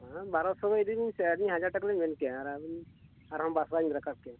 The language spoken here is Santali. ᱦᱳᱭ ᱵᱟᱨᱳ ᱥᱚ ᱜᱮ ᱤᱫᱤ ᱵᱤᱱ ᱥᱮ ᱟᱹᱞᱤᱧ ᱦᱟᱡᱟᱨ ᱴᱟᱠᱟ ᱞᱤᱧ ᱢᱮᱱ ᱠᱮᱜᱼᱟ ᱟᱨ ᱟᱹᱵᱤᱱ ᱟᱨ ᱦᱚᱸ ᱵᱟᱨᱥᱟᱭ ᱵᱤᱱ ᱨᱟᱠᱟᱵ ᱠᱮᱜᱼᱟ